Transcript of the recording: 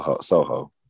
Soho